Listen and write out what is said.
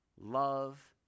love